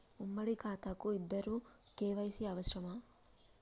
ఉమ్మడి ఖాతా కు ఇద్దరు కే.వై.సీ అవసరమా?